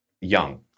young